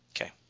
Okay